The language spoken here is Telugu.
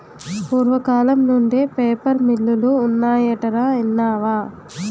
పూర్వకాలం నుండే పేపర్ మిల్లులు ఉన్నాయటరా ఇన్నావా